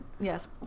Yes